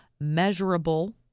measurable